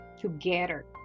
together